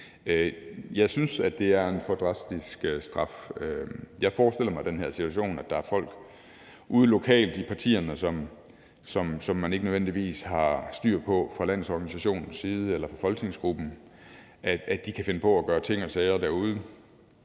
Jeg synes, det er en for drastisk straf. Jeg forestiller mig den her situation, hvor der er folk ude lokalt i partierne, som man ikke nødvendigvis har styr på fra landsorganisationens side eller fra folketingsgruppens side, og som kan finde på at gøre ting og sager derude